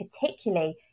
particularly